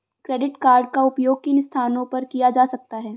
Credit card का उपयोग किन स्थानों पर किया जा सकता है?